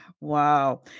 Wow